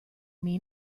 mean